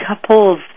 couples